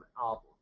album